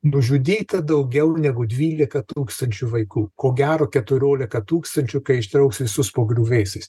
nužudyta daugiau negu dvylika tūkstančių vaikų ko gero keturiolika tūkstančių kai ištrauks visus po griuvėsiais